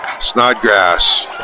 Snodgrass